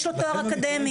יש לו תואר אקדמי.